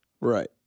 Right